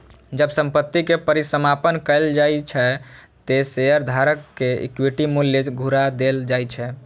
जब संपत्ति के परिसमापन कैल जाइ छै, ते शेयरधारक कें इक्विटी मूल्य घुरा देल जाइ छै